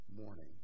morning